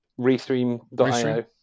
Restream.io